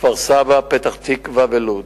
כפר-סבא, פתח-תקווה ולוד.